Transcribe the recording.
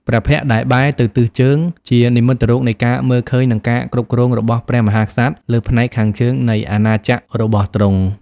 ព្រះភ័ក្ត្រដែលបែរទៅទិសជើងជានិមិត្តរូបនៃការមើលឃើញនិងការគ្រប់គ្រងរបស់ព្រះមហាក្សត្រលើផ្នែកខាងជើងនៃអាណាចក្ររបស់ទ្រង់។